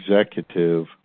executive